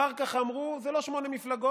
אחר כך אמרו: זה לא שמונה מפלגות,